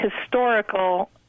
historical